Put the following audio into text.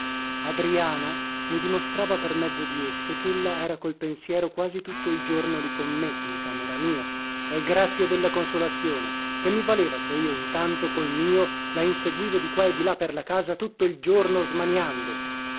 adriana mi dimostrava per mezzo di esse chella era col pensiero quasi tutto il giorno lì con me in camera mia e grazie della consolazione che mi valeva se io intanto col mio la inseguivo di qua e di là per casa tutto il giorno smaniando